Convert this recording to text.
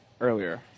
earlier